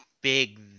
big